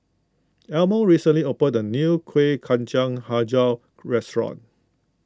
Elmo recently opened the new Kuih Kacang HiJau restaurant